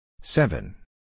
seven